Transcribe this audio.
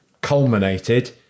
culminated